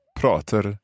pratar